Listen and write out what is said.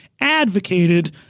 advocated